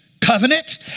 Covenant